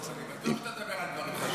-- אני בטוח שאתה תדבר על דברים חשובים.